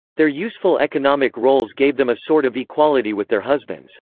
their useful economic roles gave them a sort of equality with their husbands.